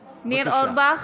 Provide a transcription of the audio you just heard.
אורבך,